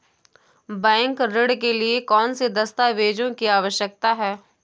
Bank ऋण के लिए कौन से दस्तावेजों की आवश्यकता है?